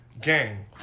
gang